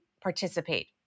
participate